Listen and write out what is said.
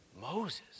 Moses